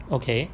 okay